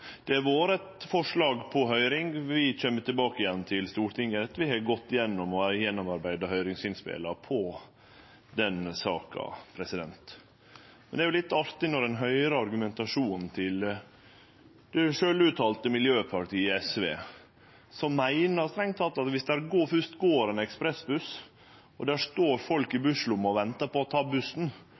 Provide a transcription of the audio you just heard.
det har vore eit forslag på høyring, vi kjem tilbake igjen til Stortinget etter at vi har gått igjennom og gjennomarbeidd høyringsinnspela til den saka. Men det er jo litt artig å høyre argumentasjonen til det sjølvuttalte miljøpartiet SV, som rett og slett meiner at dersom det går ein ekspressbuss, og det står folk i busslomma og ventar på å ta bussen,